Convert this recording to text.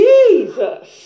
Jesus